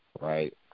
right